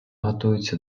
готується